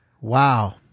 Wow